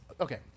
Okay